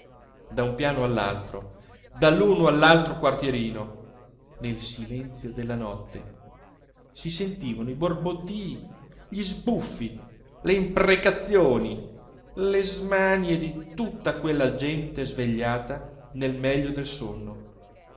da un piano all'altro dall'uno all'altro quartierino nel silenzio della notte si sentivano i borbottii gli sbuffi le imprecazioni le smanie di tutta quella gente svegliata nel meglio del sonno